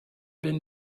been